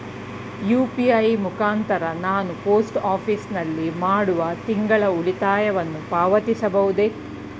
UPI ಮುಖಾಂತರ ನಾನು post office ನಲ್ಲಿ ಮಾಡುವ ತಿಂಗಳ ಉಳಿತಾಯವನ್ನು ಪಾವತಿಸಬಹುದೇ?